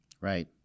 Right